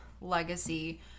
Legacy